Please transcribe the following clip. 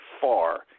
far –